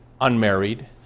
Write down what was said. unmarried